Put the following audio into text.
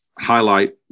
highlight